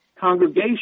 congregation